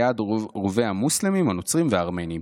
ליד רובעי המוסלמים, הנוצרים והארמנים.